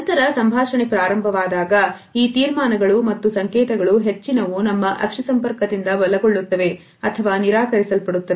ನಂತರ ಸಂಭಾಷಣೆ ಪ್ರಾರಂಭವಾದಾಗ ಈ ತೀರ್ಮಾನಗಳು ಮತ್ತು ಸಂಕೇತಗಳು ಹೆಚ್ಚಿನವು ನಮ್ಮ ಅಕ್ಷಿ ಸಂಪರ್ಕದಿಂದ ಬಲಗೊಳ್ಳುತ್ತವೆ ಅಥವಾ ನಿರಾಕರಿಸಲ್ಪಡುತ್ತವೆ